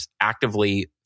actively